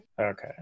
okay